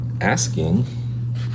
asking